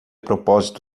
propósito